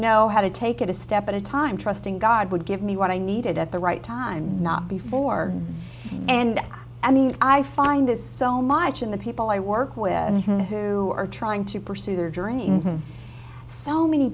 know how to take it a step at a time trusting god would give me what i needed at the right time not before and i mean i find this so much in the people i work with who are trying to pursue their dreams so many